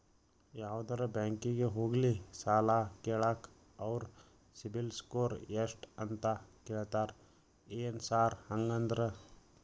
ಯಾವದರಾ ಬ್ಯಾಂಕಿಗೆ ಹೋಗ್ಲಿ ಸಾಲ ಕೇಳಾಕ ಅವ್ರ್ ಸಿಬಿಲ್ ಸ್ಕೋರ್ ಎಷ್ಟ ಅಂತಾ ಕೇಳ್ತಾರ ಏನ್ ಸಾರ್ ಹಂಗಂದ್ರ?